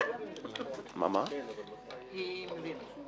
אלה איומי סרק.